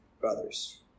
brothers